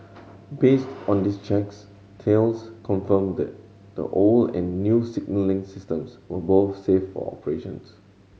based on these checks Thales confirmed that the old and new signalling systems were both safe for operations